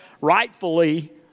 rightfully